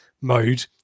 mode